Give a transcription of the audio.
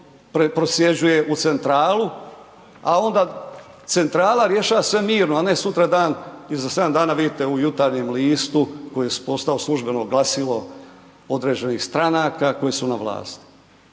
on prosljeđuje i centralu, a onda centrala rješava sve mirno, a ne sutradan ili za 7 dana u Jutarnjem listu, koji je postao službeno glasilo određenih stanaka koje su na vlasti.